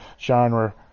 genre